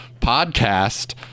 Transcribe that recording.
podcast